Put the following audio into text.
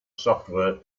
software